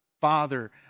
father